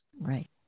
Right